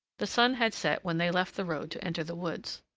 the sun had set when they left the road to enter the woods.